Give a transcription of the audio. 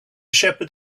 shepherd